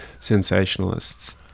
sensationalists